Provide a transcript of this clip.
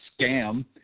scam